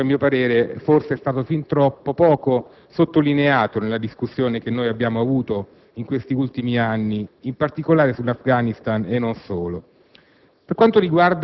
pace. È un elemento che - a mio parere - forse è stato fin troppo poco sottolineato nella discussione che abbiamo avuto negli ultimi anni, in particolare sull'Afghanistan e non solo.